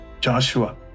Joshua